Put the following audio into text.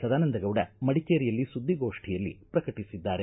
ಸದಾನಂದಗೌಡ ಮಡಿಕೇರಿಯಲ್ಲಿ ಸುದ್ದಿಗೋಷ್ಠಿಯಲ್ಲಿ ಪ್ರಕಟಿಸಿದ್ದಾರೆ